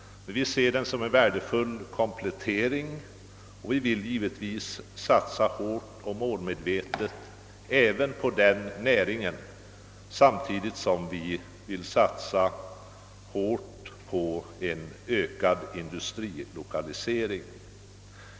Vi ser den som en värdefull komplettering, och vi vill givetvis satsa målmedvetet även på den näringen, samtidigt som vi vill satsa hårt på en ökad industrilokalisering.